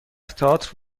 تئاتر